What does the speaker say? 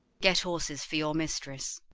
get horses for your mistress.